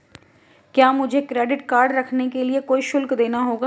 क्या मुझे credit card रखने के लिए कोई शुल्क देना होगा?